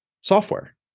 software